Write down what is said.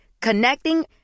Connecting